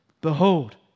Behold